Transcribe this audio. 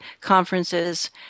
conferences